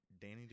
Danny